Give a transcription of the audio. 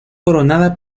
coronada